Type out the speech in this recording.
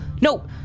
No